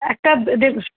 একটা দেবোস